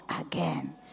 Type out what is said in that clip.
again